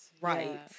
right